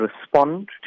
respond